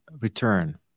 return